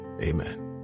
amen